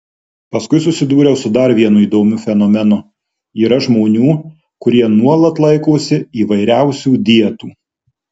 paskui susidūriau su dar vienu įdomiu fenomenu yra žmonių kurie nuolat laikosi įvairiausių dietų